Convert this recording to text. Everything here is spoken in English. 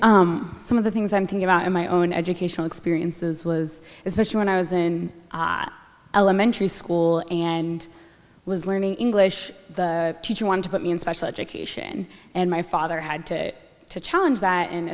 like some of the things i'm talking about in my own educational experiences was especially when i was in elementary school and was learning english teacher wanted to put me in special education and my father had to challenge that and